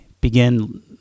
begin